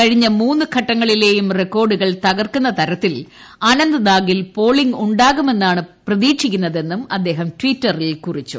കഴിഞ്ഞ മൂന്ന് ഘട്ടങ്ങളിലേയും റെക്കോർഡുകൾ തകർക്കുന്ന തരത്തിൽ അനന്ത്നാഗിൽ പോളിംഗ് ഉണ്ടാകുമെന്നാണ് പ്രതീക്ഷിക്കുന്നതെന്നും അദ്ദേഹം ട്വിറ്ററിൽ കുറിച്ചു